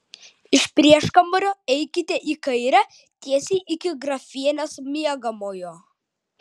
iš prieškambario eikite į kairę tiesiai iki grafienės miegamojo